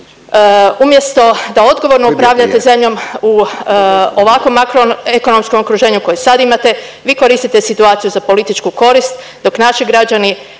Umjesto da odgovorno upravljate zemljom u ovako makroekonomskom okruženju koje sad imate vi koristite situaciju za političku korist dok naši građani